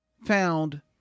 found